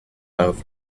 loaf